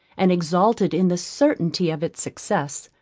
and exulted in the certainty of its success.